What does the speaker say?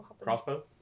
Crossbow